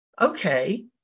okay